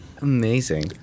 Amazing